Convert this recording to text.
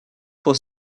was